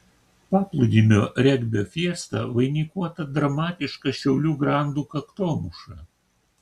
paplūdimio regbio fiesta vainikuota dramatiška šiaulių grandų kaktomuša